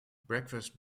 breakfast